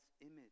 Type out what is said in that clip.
image